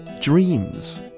dreams